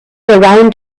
around